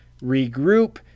regroup